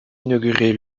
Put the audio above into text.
inaugurée